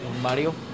Mario